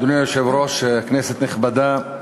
אדוני היושב-ראש, כנסת נכבדה,